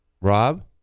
Rob